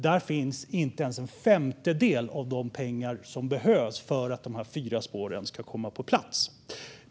Där finns inte ens en femtedel av de pengar som behövs för att de fyra spåren ska komma plats.